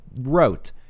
wrote